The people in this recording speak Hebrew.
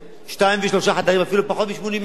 שני חדרים ושלושה, אפילו פחות מ-80 מ"ר,